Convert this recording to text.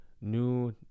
new